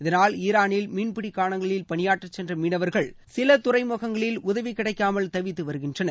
இதனால் ஈரானில் மீன்பிடி கலங்களில் பணியாற்றச் சென்ற மீனவர்கள் கிஷ் சீரு உள்ளிட்ட சில துறைமுகங்களில் உதவி கிடைக்காமல் தவித்து வருகின்றனர்